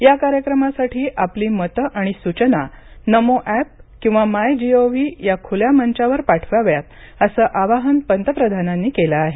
या कार्यक्रमासाठी आपली मतं आणि सूचना नमो एप किंवा माय गव्ह या खुल्या मंचावर पाठवाव्यात असं आवाहन पंतप्रधानांनी केलं आहे